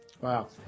Wow